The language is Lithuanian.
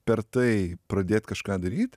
per tai pradėt kažką daryt